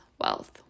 wealth